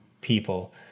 people